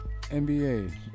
NBA